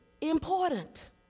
important